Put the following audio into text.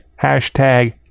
hashtag